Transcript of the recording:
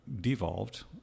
devolved